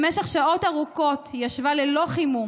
במשך שעות ארוכות היא ישבה ללא חימום